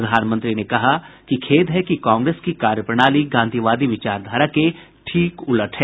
प्रधानमंत्री ने कहा कि खेद है कि कांग्रेस की कार्यप्रणाली गांधीवादी विचारधारा के ठीक उलट है